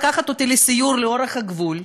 לקחת אותי לסיור לאורך הגבול,